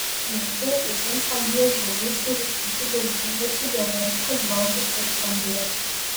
reikia itin pagiežingai surūkyti daugybę cigarečių kad balsas taip skambėtų